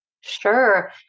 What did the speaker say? Sure